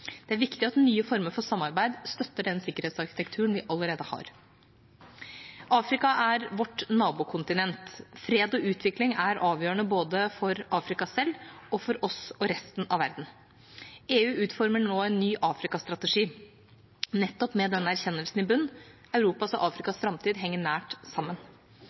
Det er viktig at nye former for samarbeid støtter den sikkerhetsarkitekturen vi allerede har. Afrika er vårt nabokontinent. Fred og utvikling er avgjørende både for Afrika selv og for oss og resten av verden. EU utformer nå en ny Afrika-strategi nettopp med denne erkjennelsen i bunnen: Europas og Afrikas framtid henger nært sammen.